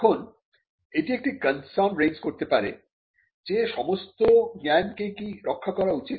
এখন এটি একটি কন্সার্ন রেইজ করতে পারে যে সমস্ত নতুন জ্ঞান কে কি রক্ষা করা উচিত